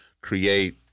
create